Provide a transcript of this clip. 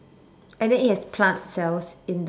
and then it has plant cells in the